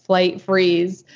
flight freeze,